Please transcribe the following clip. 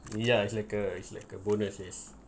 ya it's like a it's like a bonuses